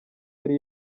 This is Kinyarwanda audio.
yari